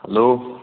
hello